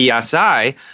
PSI